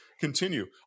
continue